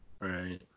Right